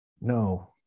No